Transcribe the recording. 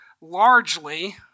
largely